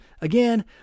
again